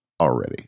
already